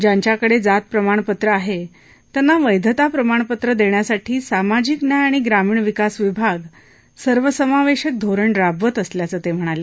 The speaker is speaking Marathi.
ज्यांच्याकडे जात प्रमाणपत्र आहे त्यांना वैधता प्रमाणपत्र देण्यासाठी सामाजिक न्याय आणि ग्रामीण विकास विभाग सर्वसमावेशक धोरण राबवत असल्याचं ते म्हणाले